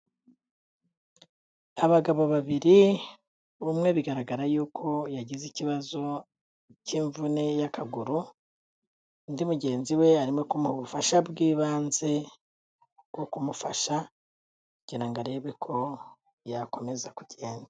Abagabo babiri umwe bigaragara yuko yagize ikibazo cy'imvune y'akaguru undi mugenzi we arimo kumuha ubufasha bw'ibanze bwo kumufasha kugira ngo arebe ko yakomeza kugenda.